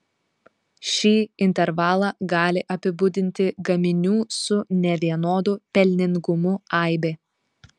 šį intervalą gali apibūdinti gaminių su nevienodu pelningumu aibė